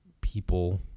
people